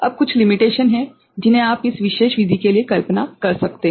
अब कुछ सीमाएँ हैं जिन्हें आप इस विशेष विधि के लिए कल्पना कर सकते हैं